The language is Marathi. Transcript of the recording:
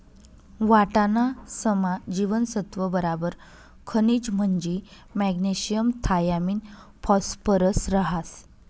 वाटाणासमा जीवनसत्त्व बराबर खनिज म्हंजी मॅग्नेशियम थायामिन फॉस्फरस रहास